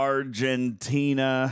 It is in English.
Argentina